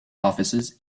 offices